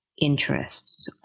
interests